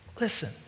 listen